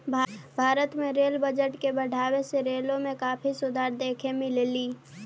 भारत में rail budget के बढ़ावे से रेलों में काफी सुधार देखे मिललई